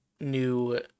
new